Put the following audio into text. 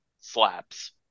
slaps